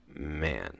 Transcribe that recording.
man